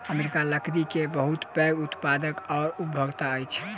America लकड़ी के बहुत पैघ उत्पादक आ उपभोगता अछि